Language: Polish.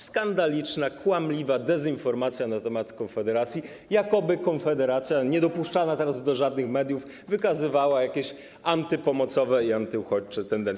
Skandaliczna, kłamliwa dezinformacja na temat Konfederacji, jakoby Konfederacja, nie dopuszczana teraz do żadnych mediów, wykazywała jakieś antypomocowe i antyuchodźcze tendencje.